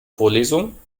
vorlesung